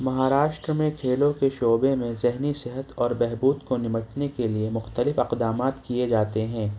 مہاراشٹرا میں کھیلوں کے شعبے میں ذہنی صحت اور بہبود کو نمٹنے کے لئے مختلف اقدامات کیے جاتے ہیں